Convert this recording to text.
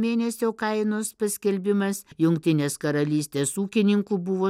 mėnesio kainos paskelbimas jungtinės karalystės ūkininkų buvo